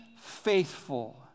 faithful